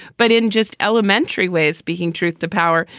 but in just elementary ways. speaking truth to power,